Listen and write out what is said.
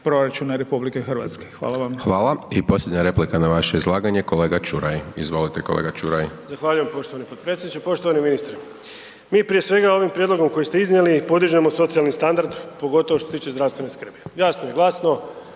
Dončić, Siniša (SDP)** Hvala. I posljednja replika na vaše izlaganje, kolega Čuraj. Izvolite kolega Čuraj. **Čuraj, Stjepan (HNS)** Zahvaljujem poštovani potpredsjedniče. Poštovani ministre, mi prije svega ovim prijedlogom koji ste iznijeli podižemo socijalni standard, pogotovo što se tiče zdravstvene skrbi, jasno i glasno,